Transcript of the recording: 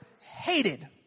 hated